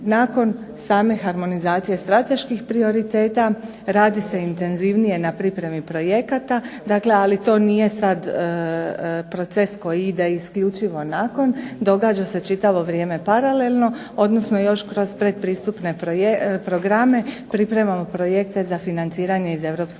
Nakon same harmonizacije strateških prioriteta radi se intenzivnije na pripremi projekata, dakle ali to nije sad proces koji ide isključivo nakon, događa se čitavo vrijeme paralelno, odnosno još kroz pretpristupne programe pripremamo projekte za financiranje iz